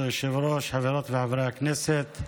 כבוד היושב-ראש, חברות וחברי הכנסת,